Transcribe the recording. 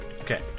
Okay